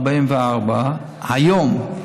44 היום,